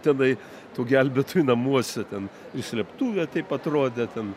tenai tų gelbėtojų namuose ten į slėptuvę taip atrodė ten